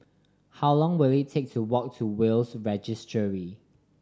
how long will it take to walk to Will's Registry